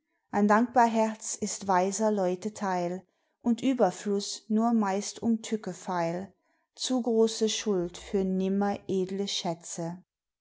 ein dankbar herz ist weiser leute teil und überfluß nur meist um tücke feil zu große schuld für nimmer edle schätze